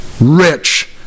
rich